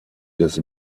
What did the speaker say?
des